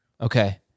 Okay